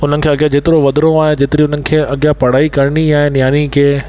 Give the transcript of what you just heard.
हुननि खे अॻियां जेतिरो वधिणो आहे या जेतिरी हुननि खे अॻियां पढ़ाई करणी आहे नियाणी खे